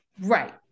right